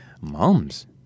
moms